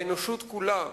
האנושות כולה